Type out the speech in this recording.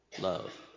Love